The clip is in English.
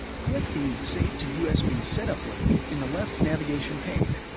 click the save to usb setup link in the left navigation pane.